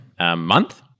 month